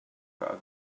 bug